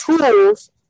tools